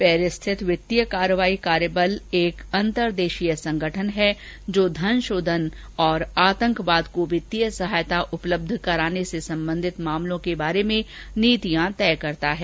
Paris स्थित वित्तीय कार्रवाई कार्यबल एक अंतरदेशीय संगठन है जो धनशोधन और आतंकवाद को वित्तीय सहायता उपलब्ध कराने से संबंधित मामलों के बारे में नीतियां तय करता है